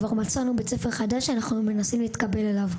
מצאנו כבר בית ספר חדש ואנחנו מנסים להתקבל אליו.